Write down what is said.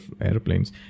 airplanes